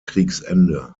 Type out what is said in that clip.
kriegsende